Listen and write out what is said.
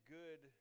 good